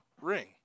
ring